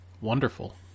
Wonderful